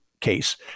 case